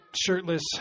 shirtless